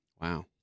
Wow